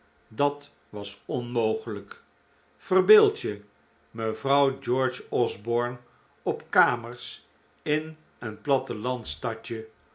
dat was onmogelijk verbeeld je mevrouw george osborne op kamers in een plattelandsstadje